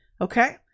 Okay